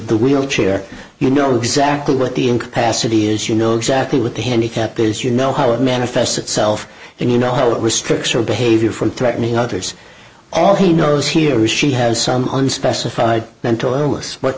the wheelchair you know exactly what the incapacity is you know exactly what the handicapped is you know how it manifests itself and you know how that restriction of behavior from threatening others all he knows he or she has some unspecified mental illness but